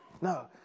no